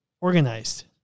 organized